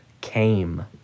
came